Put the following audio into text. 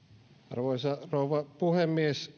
arvoisa rouva puhemies